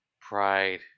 Pride